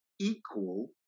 equal